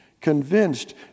Convinced